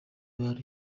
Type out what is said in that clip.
bantu